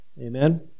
Amen